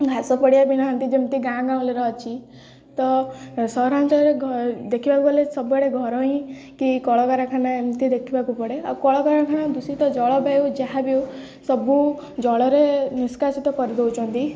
ଘାସ ପଡ଼ିଆ ବି ନାହିଁ ଯେମିତି ଗାଁ ଗହଳିରେ ଅଛି ତ ସହରାଞ୍ଚଳରେ ଦେଖିବାକୁ ଗଲେ ସବୁଆଡ଼େ ଘର ହୋଇ କି କଳକାରଖାନା ଏମିତି ଦେଖିବାକୁ ପଡ଼େ ଆଉ କଳକାରଖାନା ଦୂଷିତ ଜଳବାୟୁ ଯାହାବି ସବୁ ଜଳରେ ନିଷ୍କାସିତ କରିଦେଉଛନ୍ତି